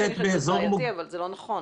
אבל זה לא נכון,